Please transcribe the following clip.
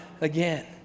again